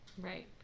Right